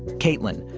caitlin,